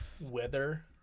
weather